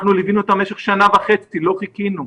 אנחנו ליווינו אותם במשך שנה וחצי, לא חיכינו.